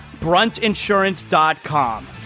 Bruntinsurance.com